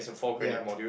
ya